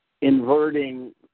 inverting